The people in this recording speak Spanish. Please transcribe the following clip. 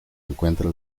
encuentra